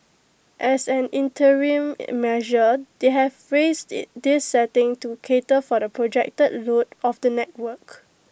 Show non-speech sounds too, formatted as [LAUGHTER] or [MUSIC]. as an interim [HESITATION] measure they have raised [HESITATION] this setting to cater for the projected load of the network